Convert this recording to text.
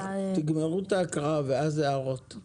תסיימו את ההקראה ואז נעיר את ההערות.